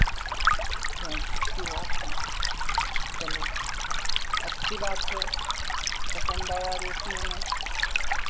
अच्छा अच्छी बात है चलो अच्छी बात है पसंद आया देखने में